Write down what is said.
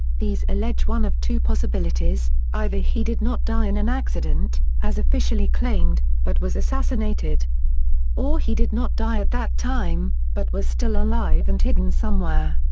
these allege one of two possibilities either he did not die in an accident, as officially claimed, but was assassinated or he did not die at that time, but was still alive and hidden somewhere.